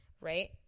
right